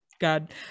God